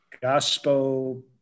gospel